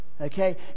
okay